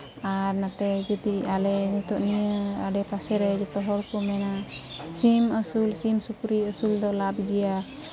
ᱟᱨ ᱱᱚᱛᱮ ᱡᱚᱫᱤ ᱟᱞᱮ ᱱᱤᱛᱚᱜ ᱱᱤᱭᱟᱹ ᱟᱰᱮᱯᱟᱥᱮ ᱨᱮ ᱡᱚᱛᱚ ᱦᱚᱲ ᱠᱚ ᱢᱮᱱᱟ ᱥᱤᱢ ᱟᱹᱥᱩᱞ ᱥᱤᱢ ᱥᱩᱠᱨᱤ ᱟᱹᱥᱩᱞ ᱫᱚ ᱞᱟᱵᱽ ᱜᱮᱭᱟ